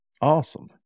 Awesome